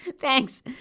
Thanks